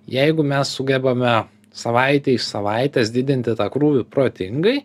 jeigu mes sugebame savaitė iš savaitės didinti tą krūvį protingai